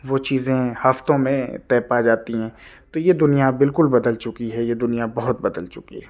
وہ چیزیں ہفتوں میں طے پا جاتی ہیں تو یہ دنیا بالکل بدل چکی ہے یہ دنیا بہت بدل چکی ہے